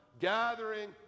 gathering